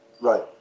right